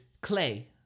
Clay